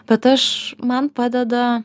bet aš man padeda